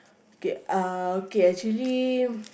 okay uh okay actually